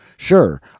sure